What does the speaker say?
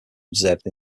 observed